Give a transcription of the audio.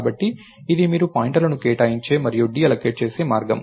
కాబట్టి ఇది మీరు పాయింటర్లను కేటాయించే మరియు డీఅల్లోకేట్ చేసే మార్గం